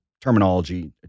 terminology